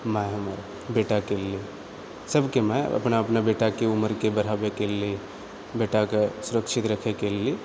माय हमर बेटाके लिए सबके माय अपना अपना बेटाके उमरके बढ़ाबैके लिअऽ बेटा कऽ सुरक्षित राखएके लिअऽ